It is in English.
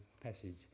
passage